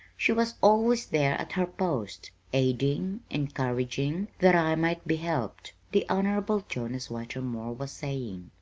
she was always there at her post, aiding, encouraging, that i might be helped, the honorable jonas whitermore was saying.